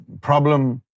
problem